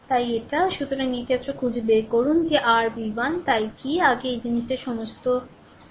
তাই এটা সুতরাং এই ক্ষেত্রে খুঁজে বের করুন যে r v1 তাই কি আগে এই এই সমস্ত জিনিস দুঃখিত